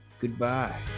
Goodbye